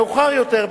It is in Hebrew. מאוחר יותר,